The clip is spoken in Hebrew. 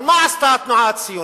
אבל מה עשתה התנועה הציונית?